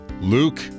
Luke